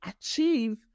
achieve